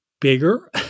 bigger